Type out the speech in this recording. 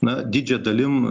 na didžia dalim